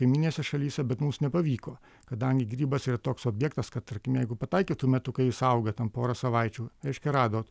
kaimyninėse šalyse bet mums nepavyko kadangi grybas yra toks objektas kad tarkim jeigu pataikėt tuo metu kai jis auga ten porą savaičių reiškia radot